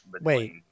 wait